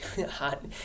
hot